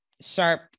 sharp